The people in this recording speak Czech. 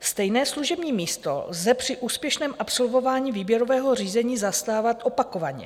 Stejné služební místo lze při úspěšném absolvování výběrového řízení zastávat opakovaně.